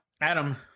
Adam